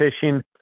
fishing